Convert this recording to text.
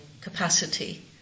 capacity